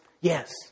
Yes